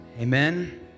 amen